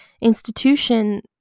Institution